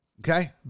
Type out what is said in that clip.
Okay